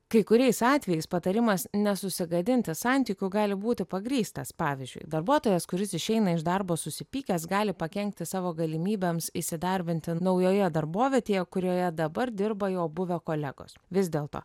kai kuriais atvejais patarimas nesusigadinti santykių gali būti pagrįstas pavyzdžiui darbuotojas kuris išeina iš darbo susipykęs gali pakenkti savo galimybėms įsidarbinti naujoje darbovietėje kurioje dabar dirba jo buvę kolegos vis dėlto